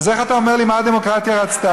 אז איך אתה אומר לי מה הדמוקרטיה רצתה?